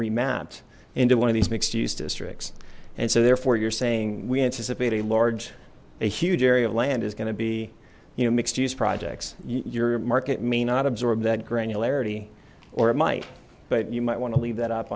remapped into one of these mixed use districts and so therefore you're saying we anticipate a large a huge area of land is going to be you know mixed use projects your market may not absorb that granularity or it might but you might want to leave that up